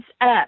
up